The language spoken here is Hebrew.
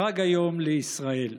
חג היום לישראל".